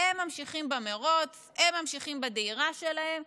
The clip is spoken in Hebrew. הם ממשיכים במרוץ, הם ממשיכים בדהירה שלהם,